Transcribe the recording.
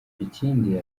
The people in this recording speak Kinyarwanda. ikindi